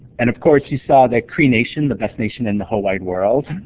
and of course you saw the cree nation, the best nation in the whole wide world.